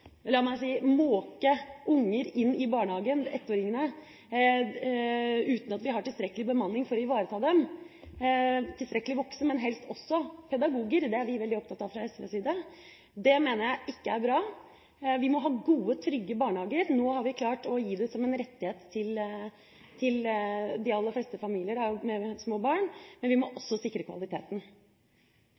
la meg si, måke unger inn i barnehagen, ettåringene, uten at vi har tilstrekkelig bemanning for å ivareta dem, har tilstrekkelig antall voksne, men helst også pedagoger – det er vi veldig opptatt av fra SVs side – mener jeg ikke er bra. Vi må ha gode, trygge barnehager. Nå har vi klart å gi det som en rettighet til de aller fleste familier med små barn, men vi må også sikre kvaliteten.